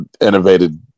innovated